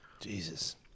Jesus